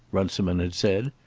runciman had said.